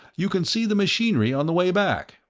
you can see the machinery on the way back.